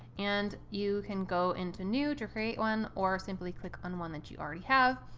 and you can go into new or create one or simply click on one that you already have.